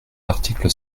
l’article